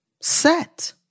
set